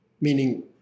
Meaning